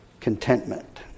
contentment